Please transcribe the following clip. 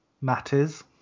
matters